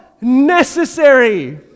necessary